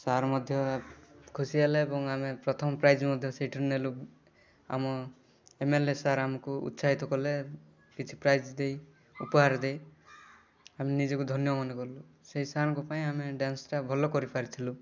sir ମଧ୍ୟ ଖୁସି ହେଲେ ଏବଂ ଆମେ ପ୍ରଥମ ପ୍ରାଇଜ୍ ମଧ୍ୟ ସେଇଠୁ ନେଲୁ ଆମ ଏମ ଏଲ ଏ ସାର୍ ମଧ୍ୟ ଆମକୁ ଉତ୍ସାହିତ କଲେ କିଛି ପ୍ରାଇଜ୍ ଦେଇ ଉପହାର ଦେଇ ଆମେ ନିଜକୁ ଧନ୍ୟ ମନେ କଲୁ ସେଇ ସାରଙ୍କ ପାଇଁ ଆମେ ଡ୍ୟାନ୍ସଟା ଭଲ କରିପାରିଥିଲୁ